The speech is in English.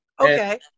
okay